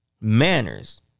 manners